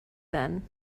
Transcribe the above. then